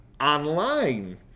online